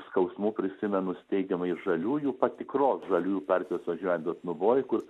skausmu prisimenu steigiamąjį žaliųjų patikros žaliųjų partijos suvažiavimą dotnuvoj kur